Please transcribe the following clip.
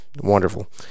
Wonderful